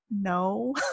No